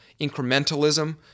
incrementalism